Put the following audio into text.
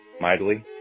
mightily